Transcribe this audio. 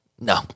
no